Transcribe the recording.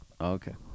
Okay